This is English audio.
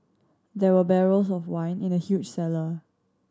there were barrels of wine in the huge cellar